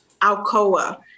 Alcoa